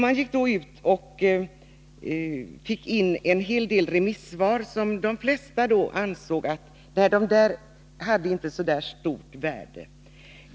Man samlade då in en hel del remissvar, varav de flesta ansåg att uppgifterna inte hade så stort värde.